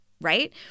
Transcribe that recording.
right